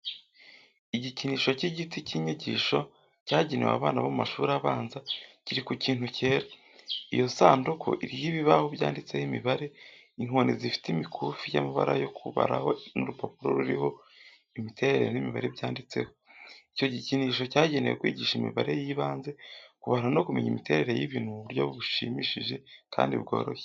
Igikinisho cy'igiti cy'inyigisho cyagenewe abana bo mu mashuri abanza kiri ku kintu cyera. Iyo sanduku iriho ibibaho byanditseho imibare, inkoni zifite imikufi y'amabara yo kubaraho n'urupapuro ruriho imiterere n'imibare byanditseho. Icyo gikinisho cyagenewe kwigisha imibare y'ibanze, kubara no kumenya imiterere y'ibintu mu buryo bushimishije kandi bworoshye.